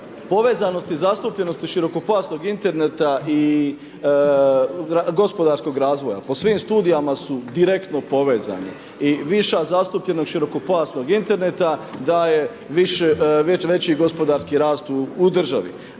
povezanosti i zastupljenosti širokopojasnog interneta i gospodarskog razvoja. Po svim studijama su direktno povezani i viša zastupljenost širokopojasnog interneta daje veći gospodarski rast u državi.